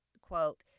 quote